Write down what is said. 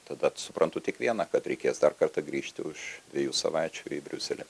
tada suprantu tik vieną kad reikės dar kartą grįžti už dviejų savaičių į briuselį